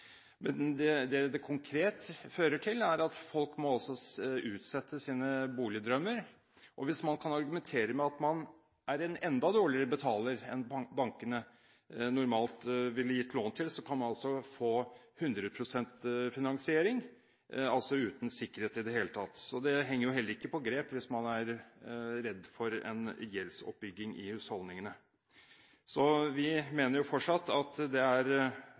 Men hvis man kan argumentere med at man er en enda dårligere betaler enn det bankene normalt ville gitt lån til, kan man altså få 100 pst. finansiering – altså uten sikkerhet i det hele tatt. Det henger ikke på greip hvis man er redd for en gjeldsoppbygging i husholdningene. Vi mener fortsatt at det som bremser boligbyggingen, mye er